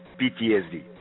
PTSD